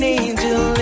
angel